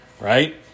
right